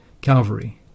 Calvary